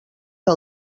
que